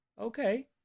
Okay